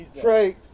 Trey